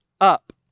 up